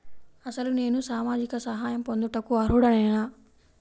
అసలు నేను సామాజిక సహాయం పొందుటకు అర్హుడనేన?